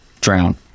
drown